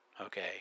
Okay